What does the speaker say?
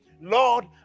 Lord